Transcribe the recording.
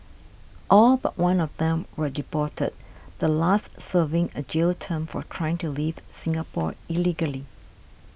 all but one of them were deported the last serving a jail term for trying to leave Singapore illegally